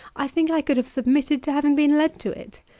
i think i could have submitted to having been led to it.